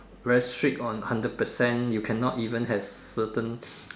very strict on hundred percent you cannot even have certain